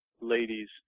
ladies